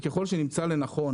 ככל שנמצא לנכון